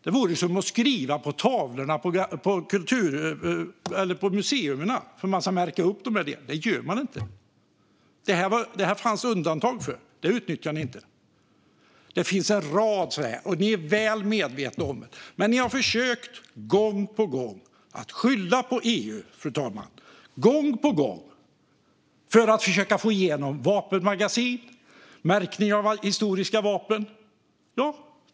Det vore som att skriva på tavlorna på museerna. Det gör man inte. Det fanns undantag för detta, men det utnyttjade ni inte. Det finns en rad exempel, och ni är väl medvetna om det. Men ni har försökt gång på gång att skylla på EU. Gång på gång har ni gjort det för att försöka få igenom detta med vapenmagasin och märkning av historiska vapen.